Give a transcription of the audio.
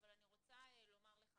אבל אני רוצה לומר לך